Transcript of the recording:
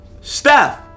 Steph